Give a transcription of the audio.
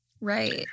Right